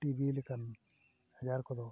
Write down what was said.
ᱞᱮᱠᱟᱱ ᱟᱡᱟᱨ ᱠᱚᱫᱚ